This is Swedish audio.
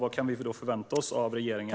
Vad kan vi förvänta oss av regeringen?